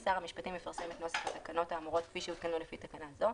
שר המשפטים יפרסם את נוסח התקנות האמורות כפי שעודכנו לפי תקנה זו,